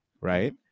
right